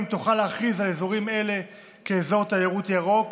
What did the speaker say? תוכל להכריז על אזורים אלה אזור תיירות ירוק,